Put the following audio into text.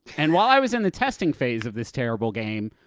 and while i was in the testing phase of this terrible game,